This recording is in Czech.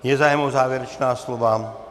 Je zájem o závěrečná slova?